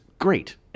great